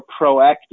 proactive